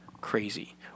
crazy